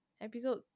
Episode